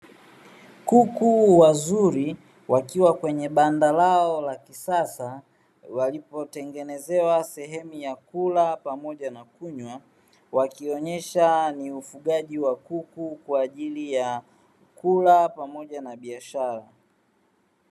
Kuku wazuri wakiwa kwenye banda lao la kisasa walipotengenezewa sehemu ya kula pamoja na kunywa. Wakionyesha ni ufugaji wa kuku kwa ajili ya kula pamoja na biashara.